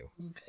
okay